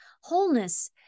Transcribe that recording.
wholeness